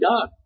God